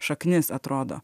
šaknis atrodo